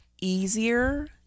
easier